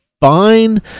fine